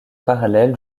parallèle